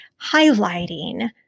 highlighting